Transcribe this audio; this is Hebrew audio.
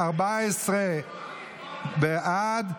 14 בעד.